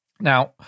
Now